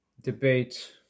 debate